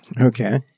Okay